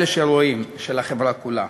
אלה שרואים, של החברה כולה.